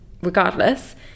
regardless